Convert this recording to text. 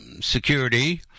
security